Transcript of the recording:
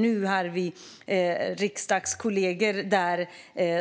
Nu har vi ledamotskollegor där